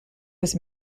was